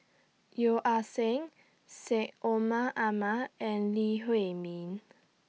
Yeo Ah Seng Syed Omar Ahmad and Lee Huei Min